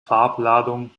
farbladung